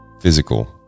physical